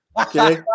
Okay